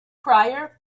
prior